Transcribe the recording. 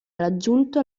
raggiunto